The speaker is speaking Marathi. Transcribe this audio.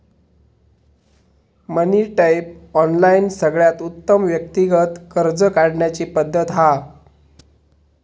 मनी टैप, ऑनलाइन सगळ्यात उत्तम व्यक्तिगत कर्ज काढण्याची पद्धत हा